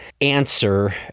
answer